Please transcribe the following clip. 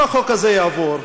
אם החוק הזה יעבור,